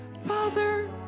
Father